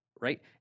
right